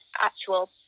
actual